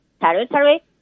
territory